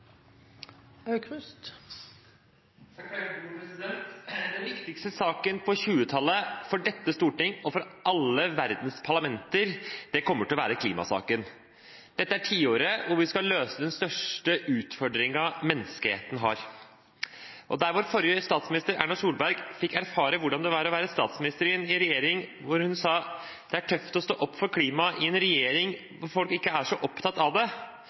Den viktigste saken på 2020-tallet for dette storting og for alle verdens parlamenter kommer til å være klimasaken. Dette er tiåret hvor vi skal løse den største utfordringen menneskeheten har. Der vår forrige statsminister, Erna Solberg, fikk erfare hvordan det var å være statsminister i en regjering der hun sa at det er tøft å stå opp for klimaet i en regjering hvor folk ikke er så opptatt av det,